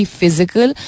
physical